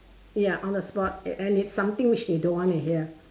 ya on the spot and it's something which they don't want to hear